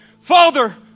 Father